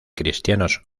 cristianos